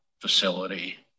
facility